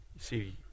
see